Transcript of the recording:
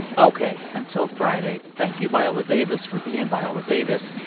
ok. until friday, thank you, viola davis, for being viola davis.